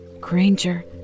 Granger